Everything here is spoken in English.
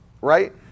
right